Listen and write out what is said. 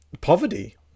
poverty